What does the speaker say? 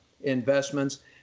Investments